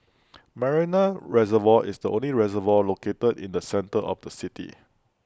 Marina Reservoir is the only reservoir located in the centre of the city